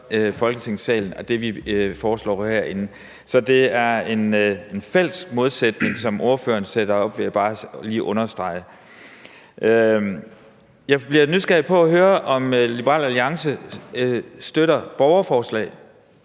Folketingssalen, altså det, vi foreslår herinde. Så det er en falsk modsætning, som ordføreren sætter op, vil jeg bare lige understrege. Jeg bliver nysgerrig på at høre, om Liberal Alliance støtter borgerforslag.